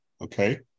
okay